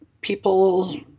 people